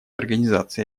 организации